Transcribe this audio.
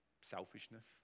Selfishness